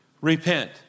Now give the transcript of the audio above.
repent